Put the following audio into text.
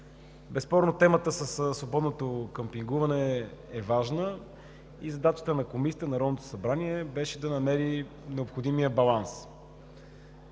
Безспорно, темата със свободното къмпингуване е важна и задачата на Комисията на Народното събрание беше да намери необходимия баланс